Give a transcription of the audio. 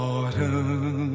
Autumn